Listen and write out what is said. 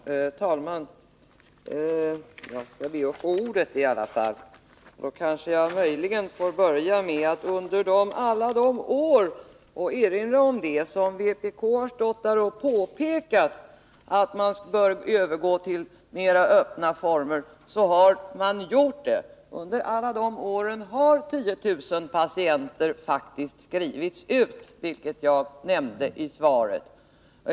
Herr talman! Jag skall be att få ordet i alla fall. Jag kanske möjligen får börja med att erinra om att under alla de år då vpk stått här och påpekat att man bör övergå till mer öppna former har så också skett — under de åren har faktiskt 10 000 patienter skrivits ut, vilket jag nämnde i svaret.